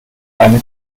eine